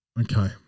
Okay